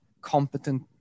competent